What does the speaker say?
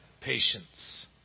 patience